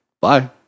Bye